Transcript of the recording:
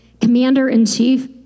commander-in-chief